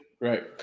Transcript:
right